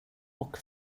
och